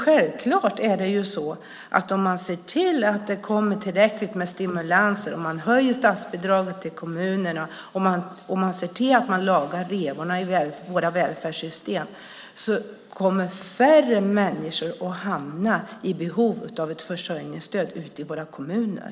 Om man ser till att det finns tillräckligt med stimulanser, om man höjer statsbidraget till kommunerna och ser till att man lagar revorna i våra välfärdssystem kommer självklart färre människor att hamna i behov av försörjningsstöd ute i våra kommuner.